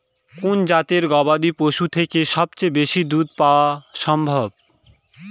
কোন জাতের গবাদী পশু থেকে সবচেয়ে বেশি দুধ পাওয়া সম্ভব?